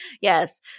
Yes